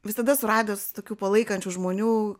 visada suradęs tokių palaikančių žmonių